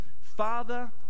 father